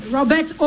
Robert